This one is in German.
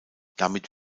damit